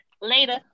later